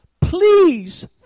please